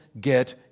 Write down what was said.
get